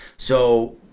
so,